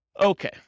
Okay